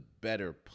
better